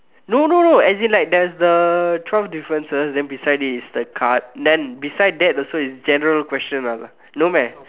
no no no as in like there's the twelve differences then beside it is the card then beside that is also general questions ah no meh